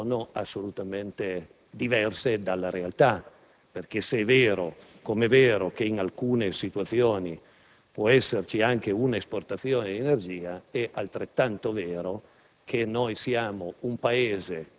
notizie che sono assolutamente diverse dalla realtà. Infatti, se è vero come è vero, che in alcune situazioni può esserci anche un'esportazione di energia, è altrettanto vero